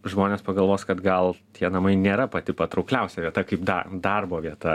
žmonės pagalvos kad gal tie namai nėra pati patraukliausia vieta kaip darbo vieta